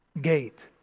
gate